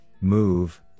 move